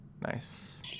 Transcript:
Nice